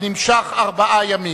הנמשך ארבעה ימים.